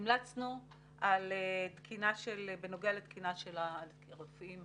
בנוגע לתקינה של הרופאים